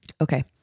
Okay